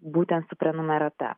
būtent su prenumerata